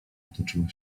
potoczyła